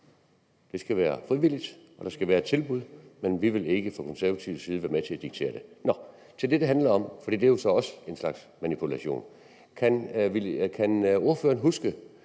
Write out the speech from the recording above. Det skal være frivilligt, og der skal være et tilbud, men vi vil ikke fra konservativ side være med til at diktere det. Nå, til det, det handler om, for det er jo så også en slags manipulation: Kan ordføreren huske,